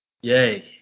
Yay